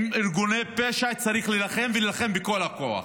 עם ארגוני פשע צריך להילחם, ולהילחם בכל הכוח.